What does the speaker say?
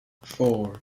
four